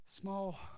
Small